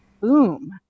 boom